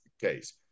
case